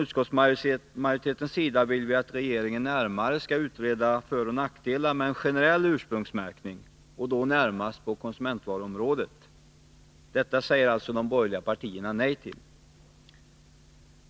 Utskottsmajoriteten vill att regeringen närmare skall utreda föroch nackdelarna med en generell ursprungsmärkning på konsumentvaruområdet. Detta säger de borgerliga partierna nej till.